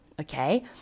Okay